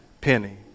penny